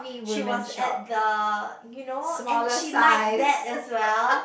she was at the you know and she like that as well